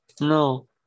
no